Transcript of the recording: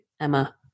Emma